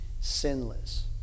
sinless